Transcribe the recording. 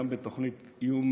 גם איום